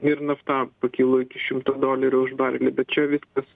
ir nafta pakilo iki šimto dolerių už barelį bet čia viskas